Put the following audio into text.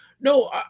no